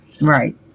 Right